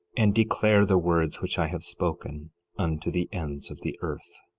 and declare the words which i have spoken unto the ends of the earth.